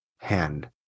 hand